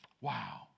Wow